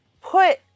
put